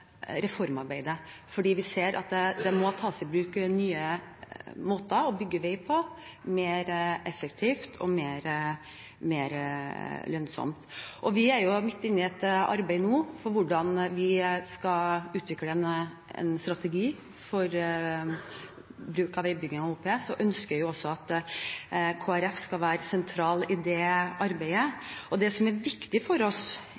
reformarbeidet. Vi ser at det må tas i bruk nye måter å bygge vei på, mer effektivt og mer lønnsomt. Vi er nå midt inne i et arbeid med hvordan vi skal utvikle en strategi for veibygging med OPS, og vi ønsker at Kristelig Folkeparti skal være sentral i det arbeidet. Det som er viktig for oss,